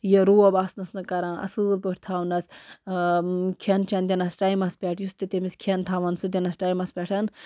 یہِ روب آسنَس نہٕ کَران اصۭل پٲٹھۍ تھاونَس کھٮ۪ن چٮ۪ن دِنَس ٹایمَس پٮ۪ٹھ یُس تہِ تٔمِس کھٮ۪ن تھاوَن سُہ دِنَس ٹایمَس پٮ۪ٹھ